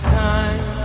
time